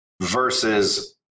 versus